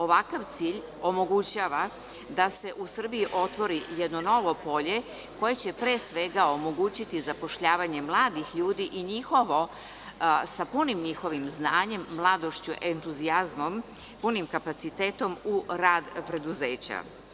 Ovakav cilj omogućava da se u Srbiji otvori jedno novo polje koje će pre svega omogućiti zapošljavanje mladih ljudi i njihovo, sa punim njihovim znanjem, mladošću, entuzijazmom, punim kapacitetom u rad preduzeća.